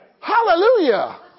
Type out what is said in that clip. Hallelujah